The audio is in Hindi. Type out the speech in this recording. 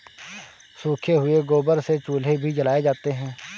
सूखे हुए गोबर से चूल्हे भी जलाए जाते हैं